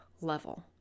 level